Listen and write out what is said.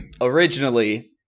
Originally